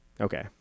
Okay